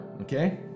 okay